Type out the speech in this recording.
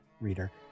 reader